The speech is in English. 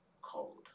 Cold